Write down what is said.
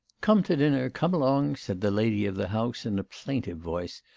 come to dinner, come along said the lady of the house in a plaintive voice,